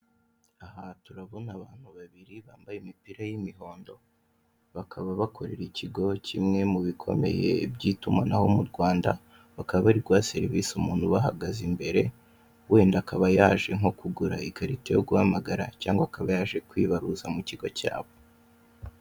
Aha turabona abantu babiri bambaye imipira y'imihondo, bakaba bakorera ikigo kimwe mu bikomeye by'itumanaho mu Rwanda, bakaba bari guha serivisi umuntu bahagaze imbere, wenda akaba yaje nko kugura ikarita yo guhamagara cyangwa akaba yaje kwibaruza mu kigo cyabo.